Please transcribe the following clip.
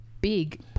big